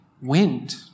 Wind